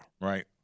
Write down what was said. Right